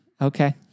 okay